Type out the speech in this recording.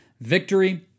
victory